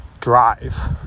drive